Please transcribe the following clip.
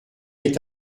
est